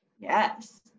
Yes